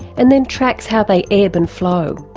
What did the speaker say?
and then tracks how they ebb and flow.